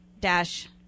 dash